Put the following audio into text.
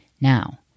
Now